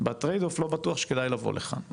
בטרייד אוף לא בטוח שכדאי לבוא לכאן.